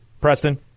Preston